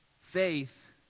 Faith